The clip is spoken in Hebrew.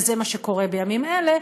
וזה מה שקורה בימים אלה,